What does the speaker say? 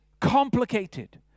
complicated